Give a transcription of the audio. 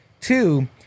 two